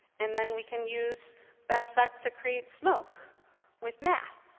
and then we can use that effect to create smoke with math.